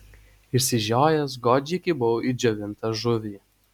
išsižiojęs godžiai kibau į džiovintą žuvį